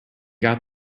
got